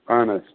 اہن حظ